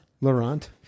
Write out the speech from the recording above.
Laurent